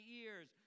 ears